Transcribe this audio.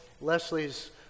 Leslie's